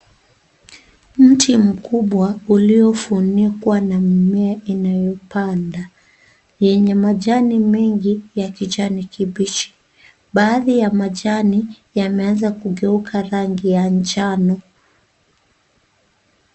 Mti mkubwa uliofunikwa na mimea inayopanda yenye majani mengi ya kijani kibichi. Baadhi ya majani yameanza kugeuka rangi ya njano.